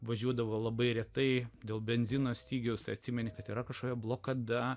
važiuodavo labai retai dėl benzino stygiaus atsimeni kad yra kažkokia blokada